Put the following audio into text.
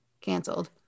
canceled